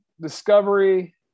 discovery